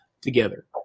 together